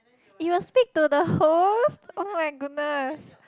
it will speak to the host oh-my-goodness